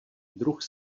druh